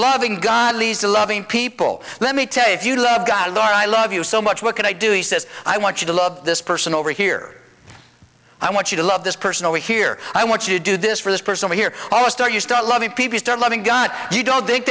loving god leads to loving people let me tell you if you love god or i love you so much what can i do he says i want you to love this person over here i want you to love this person over here i want you to do this for this person here almost are you start loving people start loving gun you don't think